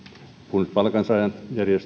kun palkansaajajärjestöjen jäsenmaksut